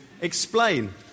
explain